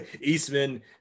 Eastman